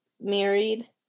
married